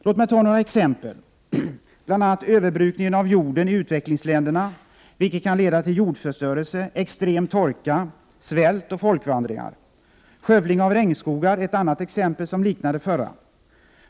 Låt mig ta några exempel. Överbrukningen av jorden i utvecklingsländerna kan leda till jordförstörelse, extrem torka, svält och folkvandringar. Skövling av regnskogar är ett annat exempel, som liknar det förra.